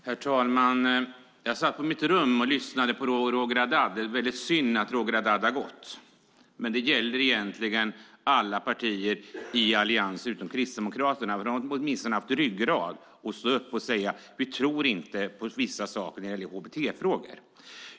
Herr talman! Jag satt på mitt rum och lyssnade på Roger Haddad. Det är väldigt synd att han har lämnat kammaren, men det här gäller egentligen alla partier i Alliansen utom Kristdemokraterna, för de har åtminstone haft ryggrad nog att stå upp och säga att de inte tror på vissa saker när det gäller hbt-frågor.